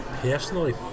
personally